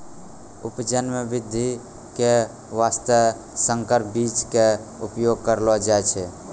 उपज मॅ वृद्धि के वास्तॅ संकर बीज के उपयोग करलो जाय छै